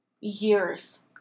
years